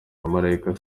abamalayika